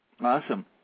Awesome